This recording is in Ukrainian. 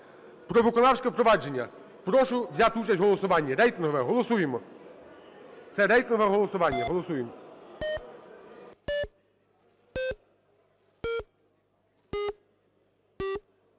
"Про виконавче впровадження". Прошу взяти участь в голосуванні. Рейтингове. Голосуємо. Це рейтингове голосування. Голосуємо.